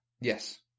Yes